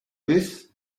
this